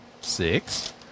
six